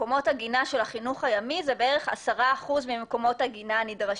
מקומות העגינה של החינוך הימי הם בערך 10 אחוזים ממקומות עגינה הנדרשים.